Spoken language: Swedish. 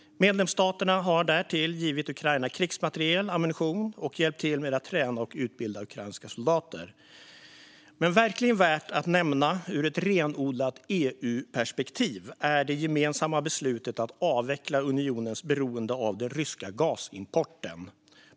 Medlemsstaterna har därtill givit Ukraina krigsmateriel, ammunition och hjälpt till med att träna och utbilda ukrainska soldater. Men verkligen värt att nämna ur ett renodlat EU-perspektiv är det gemensamma beslutet att avveckla unionens beroende av den ryska gasimporten.